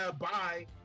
Bye